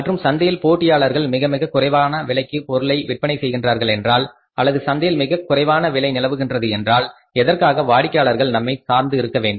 மற்றும் சந்தையில் போட்டியாளர்கள் மிக மிக குறைவான விலைக்கு பொருளை விற்பனை செய்கின்றார்களென்றால் அல்லது சந்தையில் மிக குறைவான விலை நிலவுகின்றது என்றால் எதற்காக வாடிக்கையாளர்கள் நம்மை சார்ந்து இருக்க வேண்டும்